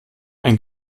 ein